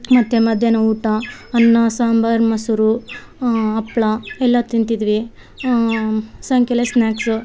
ಮತ್ತು ಮಧ್ಯಾಹ್ನ ಊಟ ಅನ್ನ ಸಾಂಬಾರು ಮೊಸ್ರು ಹಪ್ಳ ಎಲ್ಲ ತಿಂತಿದ್ವಿ ಸಾಯಂಕಾಲ ಸ್ನಾಕ್ಸು